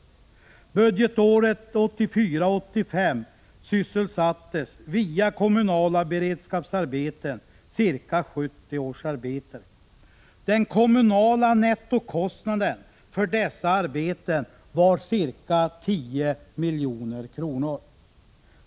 Budgetåret 1984/85 sysselsattes via kommunala beredskapsarbeten ca 70 årsarbetare. Den kommunala nettokostnaden för dessa arbeten var ca 10 miljoner kr.